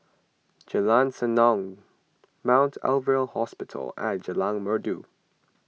Jalan Senandong Mount Alvernia Hospital and Jalan Merdu